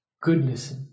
goodness